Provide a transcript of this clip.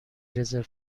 رزرو